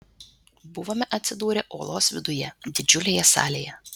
buvome atsidūrę uolos viduje didžiulėje salėje